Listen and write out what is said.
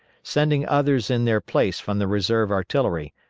sending others in their place from the reserve artillery,